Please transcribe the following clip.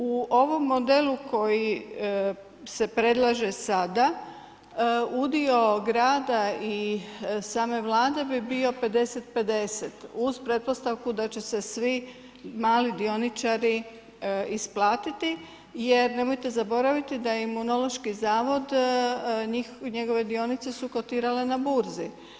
U ovom modelu koji se predlaže sada, udio grada i same Vlade bi bio 50:50 uz pretpostavku da će se svi mali dioničari isplatiti jer nemojte zaboraviti da Imunološki zavod, njegove dionice su kotirale na burzi.